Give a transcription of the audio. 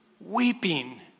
weeping